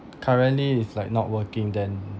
currently is like not working then